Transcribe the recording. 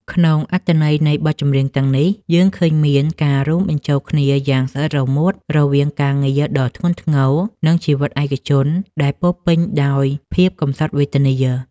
ក្នុងអត្ថន័យនៃបទចម្រៀងទាំងនេះ យើងឃើញមានការរួមបញ្ចូលគ្នាយ៉ាងស្អិតរមួតរវាងការងារដ៏ធ្ងន់ធ្ងរ និងជីវិតឯកជនដែលពោរពេញដោយភាពកំសត់វេទនា។